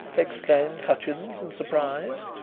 exclaimed hutchins in surprise.